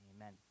amen